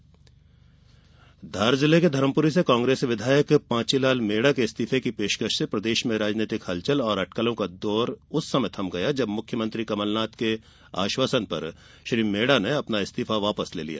विधायक इस्तीफा धार जिले के धरमप्री से कांग्रेस विधायक पांचीलाल मेड़ा के इस्तीफे की पेशकश से प्रदेश के राजनीतिक हलचल और अटकलों का दौर उस समय थम गया जब मुख्यमंत्री कमलनाथ के आश्वासन पर श्री मेड़ा ने अपना इस्तीफा वापस ले लिया